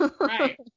Right